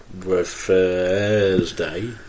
Thursday